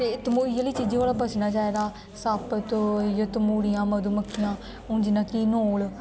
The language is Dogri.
ते इयो जेही चीजें कोला बचना चाहिदा सप्प होई गै तम्हूड़ियां मधुमक्खिया हून जियां कि नोल